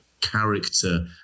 character